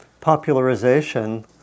popularization